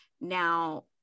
Now